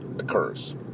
Occurs